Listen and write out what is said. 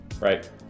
Right